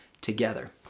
together